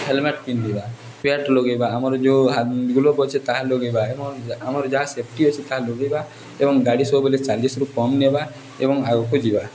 helmet ପିନ୍ଧିବା pad ଲଗାଇବା ଆମର ଯେଉଁ ଗ୍ଲୋଭ୍ ଅଛି ତାହା ଲଗାଇବା ଏବଂ ଆମର ଯାହା ସେଫ୍ଟି ଅଛି ତାହା ଲଗାଇବା ଏବଂ ଗାଡ଼ି ସବୁବେଳେ ଚାଲିଶରୁ କମ୍ ନେବା ଏବଂ ଆଗକୁ ଯିବା